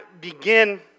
begin